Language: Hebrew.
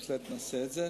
בהחלט נעשה את זה,